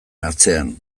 atzean